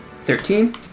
Thirteen